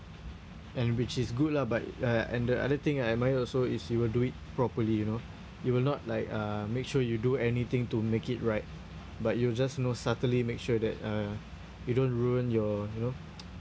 and which is good lah but uh and the other thing I admire also is you will do it properly you know you will not like uh make sure you do anything to make it right but you just know subtly make sure that uh you don't ruin your you know